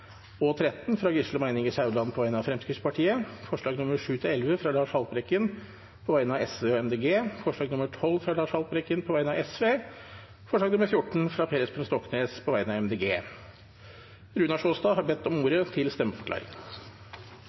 og 13, fra Gisle Meininger Saudland på vegne av Fremskrittspartiet forslagene nr. 7–11, fra Lars Haltbrekken på vegne av Sosialistisk Venstreparti og Miljøpartiet De Grønne forslag nr. 12, fra Lars Haltbrekken på vegne av Sosialistisk Venstreparti forslag nr. 14, fra Per Espen Stoknes på vegne av Miljøpartiet De Grønne Runar Sjåstad har bedt om ordet til stemmeforklaring.